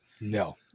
No